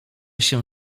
się